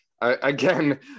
again